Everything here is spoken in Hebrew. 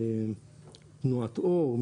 תנועת אור,